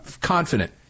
confident